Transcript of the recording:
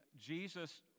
Jesus